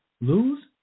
lose